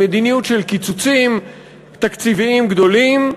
למדיניות של קיצוצים תקציביים גדולים,